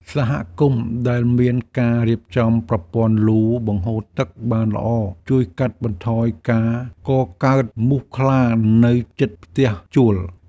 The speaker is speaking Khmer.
សហគមន៍ដែលមានការរៀបចំប្រព័ន្ធលូបង្ហូរទឹកបានល្អជួយកាត់បន្ថយការកកើតមូសខ្លានៅជិតផ្ទះជួល។